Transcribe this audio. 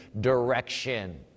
direction